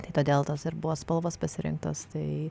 tai todėl tos ir buvo spalvos pasirinktos tai